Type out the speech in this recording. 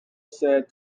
sad